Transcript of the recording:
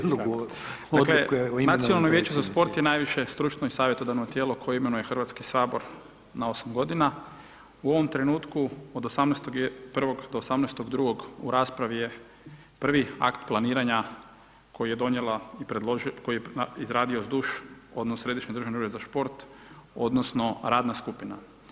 Dakle, nacionalno vijeće za sport je najviše stručno i savjetodavno tijelo koje imenuje Hrvatski sabor na 8 g. u ovom trenutku od 18.1 do 18.2 u raspravi je prvi akt planiranja koji je donijela, koji je izradio SDUŠ, odnosno, Središnji državni ured za šport, odnosno, radna skupina.